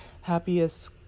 happiest